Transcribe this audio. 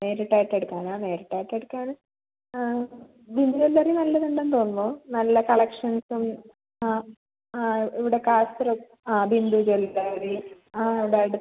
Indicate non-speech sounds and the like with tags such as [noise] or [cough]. നേരിട്ട് ആയിട്ട് എടുക്കാനാണ് നേരിട്ട് ആയിട്ട് എടുക്കാൻ ബിന്ദു ജ്വല്ലറി നല്ലത് ഉണ്ടെന്ന് തോന്നുന്നു നല്ല കളക്ഷൻസും ആ ആ ഇവിടെ കളപ്പുര ആ ബിന്ദു ജ്വല്ലറി [unintelligible] ആ ഇത് അടുത്ത്